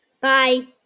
Bye